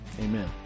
Amen